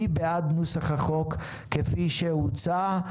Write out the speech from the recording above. מי בעד נוסח החוק כפי שהוצע?